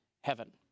heaven